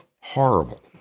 horrible